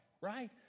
right